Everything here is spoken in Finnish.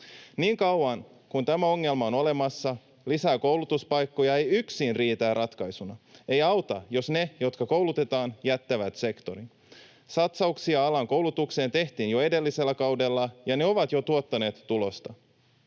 Niin kauan kuin tämä ongelma on olemassa, koulutuspaikkojen lisääminen ei yksin riitä ratkaisuksi. Ei auta, jos ne, jotka koulutetaan, jättävät sektorin. Satsauksia alan koulutukseen tehtiin jo edellisellä kaudella, ja ne ovat jo tuottaneet tulosta.